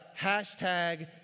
Hashtag